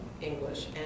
English